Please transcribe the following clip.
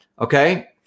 okay